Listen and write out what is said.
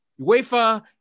UEFA